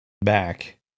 back